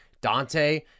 Dante